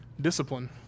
discipline